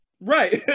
Right